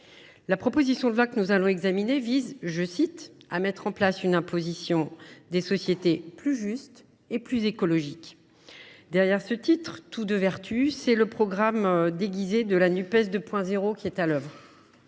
La proposition de loi que nous allons examiner vise à « mettre en place une imposition des sociétés plus juste et plus écologique ». Derrière ce titre tout de vertu, c’est, déguisé, le programme de la Nupes 2.0 qui est à l’œuvre.